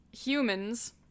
humans